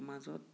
সমাজত